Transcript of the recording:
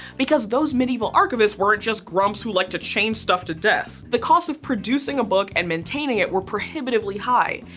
because those medieval archivists weren't just grumps who liked to chain stuff to desks. the costs of producing a book and maintaining it were prohibitively high.